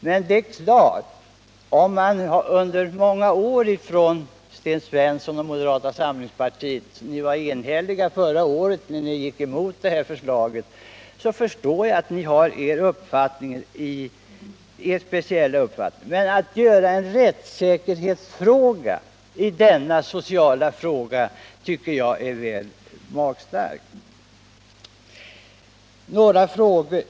Men det är klart att när Sten Svensson och moderata samlingspartiet under många år har motsatt sig ett förbud — ni var enhälliga förra året när ni gick emot förslaget — så förstår jag att ni har er speciella uppfattning. Men att göra en rättssäkerhetsfråga av denna sociala fråga tycker jag är väl magstarkt.